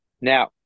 now